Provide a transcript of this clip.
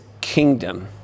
kingdom